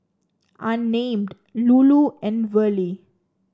Unnamed Lulu and Verlie